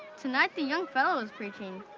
tonight, the young fellow is preaching.